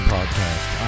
Podcast